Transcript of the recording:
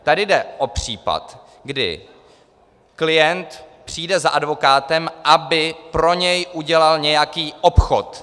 Tady jde o případ, kdy klient přijde za advokátem, aby pro něj udělal nějaký obchod.